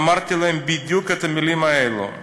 אמרתי להם בדיוק את המילים האלה.